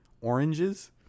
oranges